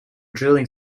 drilling